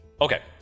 Okay